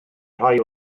rhai